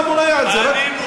אבל מה מונע את זה?